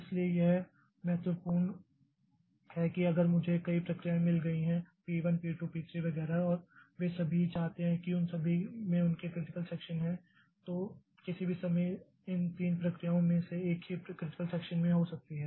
इसलिए यह महत्वपूर्ण है कि अगर मुझे कई प्रक्रियाएं मिल गई हैं P 1 P 2 P 3 वगैरह और वे सभी चाहते हैं कि उन सभी में उनके क्रिटिकल सेक्षन है तो किसी भी समय इन तीन प्रक्रियाओं में से एक ही क्रिटिकल सेक्षन में हो सकती है